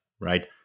right